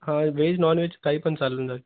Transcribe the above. हां veg non veg काहीपण चालून जाईल